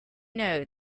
know